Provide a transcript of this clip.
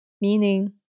Meaning